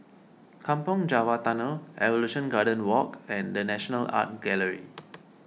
Kampong Java Tunnel Evolution Garden Walk and the National Art Gallery